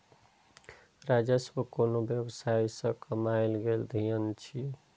राजस्व कोनो व्यवसाय सं कमायल गेल धन छियै